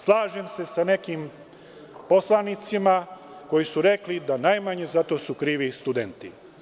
Slažem se sa nekim poslanicima koji su rekli da najmanje za to su krivi studenti.